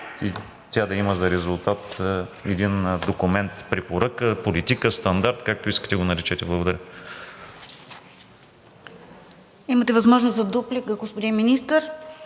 тя да има за резултат един документ препоръка, политика, стандарт – както искате го наречете. Благодаря.